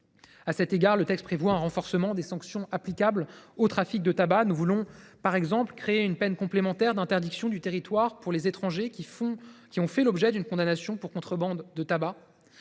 de tabac. Il prévoit ainsi un renforcement des sanctions applicables. Nous voulons, par exemple, créer une peine complémentaire d’interdiction du territoire pour les étrangers qui ont fait l’objet d’une condamnation pour contrebande de tabac.